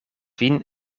vin